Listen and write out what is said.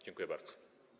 Dziękuję bardzo.